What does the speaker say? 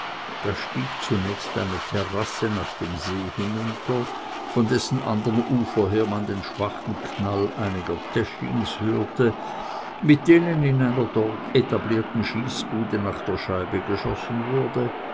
da stieg zunächst eine terrasse nach dem see hinunter von dessen anderm ufer her man den schwachen knall einiger teschins hörte mit denen in einer dort etablierten schießbude nach der scheibe geschossen wurde